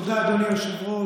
תודה, אדוני היושב-ראש.